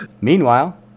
Meanwhile